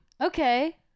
Okay